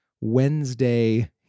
Wednesday